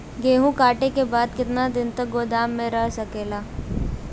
गेहूँ कांटे के बाद कितना दिन तक गोदाम में रह सकेला?